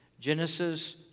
Genesis